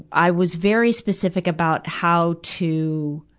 i was very specific about how to,